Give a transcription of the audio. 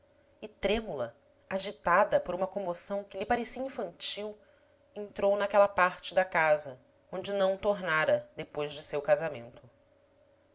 e trêmula agitada por uma comoção que lhe parecia infantil entrou naquela parte da casa onde não tornara depois de seu casamento